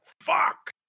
fuck